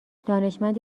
دانشمندی